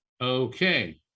Okay